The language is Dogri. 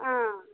आं